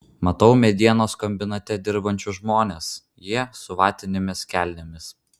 matau medienos kombinate dirbančius žmones jie su vatinėmis kelnėmis